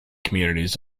communities